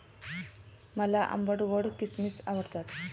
मला आंबट गोड किसमिस आवडतात